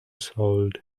sold